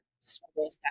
struggle